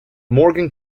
morgan